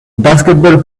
basketball